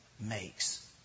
makes